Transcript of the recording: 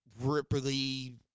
Ripley